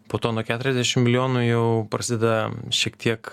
po to nuo keturiasdešim milijonų jau prasideda šiek tiek